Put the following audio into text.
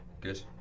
Good